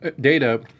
data